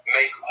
make